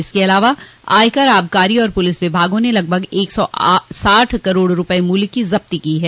इसके अलावा आयकर आबकारी और पुलिस विभागों ने लगभग एक सौ साठ करोड़ रूपये मुल्य की जब्ती की है